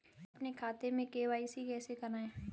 अपने खाते में के.वाई.सी कैसे कराएँ?